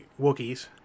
Wookiees